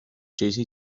jesse